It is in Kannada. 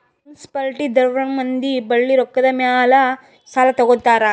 ಮುನ್ಸಿಪಾಲಿಟಿ ದವ್ರನು ಮಂದಿ ಬಲ್ಲಿ ರೊಕ್ಕಾದ್ ಮ್ಯಾಲ್ ಸಾಲಾ ತಗೋತಾರ್